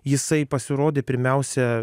jisai pasirodė pirmiausia